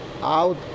out